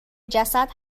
جسد